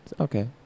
Okay